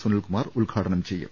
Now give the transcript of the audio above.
സുനിൽകുമാർ ഉദ്ഘാടനം ചെയ്യും